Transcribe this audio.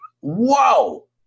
Whoa